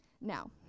Now